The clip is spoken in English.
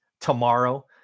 tomorrow